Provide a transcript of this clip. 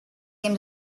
came